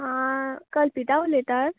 आं कल्पिता उलयता